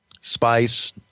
Spice